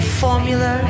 formula